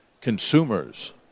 consumers